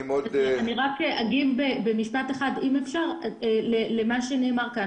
אני רק אגיב במשפט אחד למה שנאמר כאן.